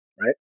right